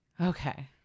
Okay